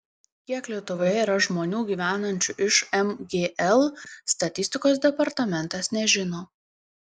kiek lietuvoje yra žmonių gyvenančių iš mgl statistikos departamentas nežino